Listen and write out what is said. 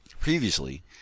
Previously